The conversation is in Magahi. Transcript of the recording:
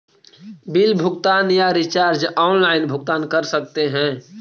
बिल भुगतान या रिचार्ज आनलाइन भुगतान कर सकते हैं?